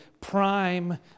prime